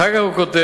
אחר כך הוא כותב: